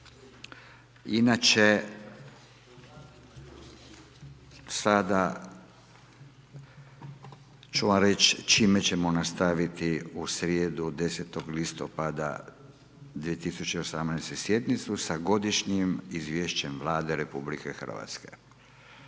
Inače, sada ću vam reći čime ćemo nastaviti u srijedu 10. listopada 2018. sjednicu, sa Godišnjem izvješćem Vlade RH.